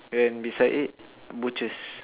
then beside it butchers